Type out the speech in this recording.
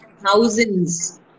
thousands